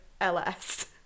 LS